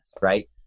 right